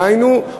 דהיינו,